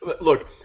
look